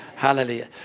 Hallelujah